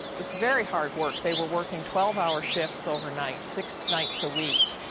was very hard work. they were working twelve hour shifts overnight, six nights a week.